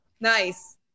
Nice